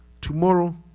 Tomorrow